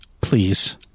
Please